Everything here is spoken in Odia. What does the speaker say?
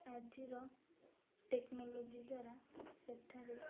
ଆଜିର ଟେକ୍ନୋଲୋଜି ଦ୍ୱାରା ସେଠାରେ